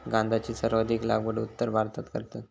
गांजाची सर्वाधिक लागवड उत्तर भारतात करतत